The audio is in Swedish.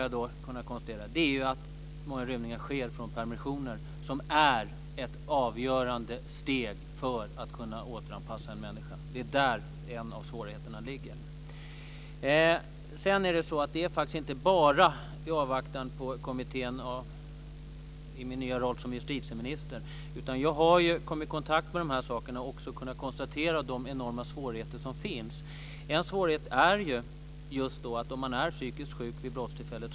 Jag har kunnat konstatera att det som är svårigheten är att många rymningar sker under permissioner som är ett avgörande steg för att kunna återanpassa en människa. Det är där en av svårigheterna ligger. Sedan handlar det faktiskt inte bara om att avvakta kommittén och om min nya roll som justitieminister. Jag har ju kommit i kontakt med de här sakerna och också kunnat konstatera de enorma svårigheter som finns. En svårighet uppstår just om man är psykiskt sjuk vid brottstillfället.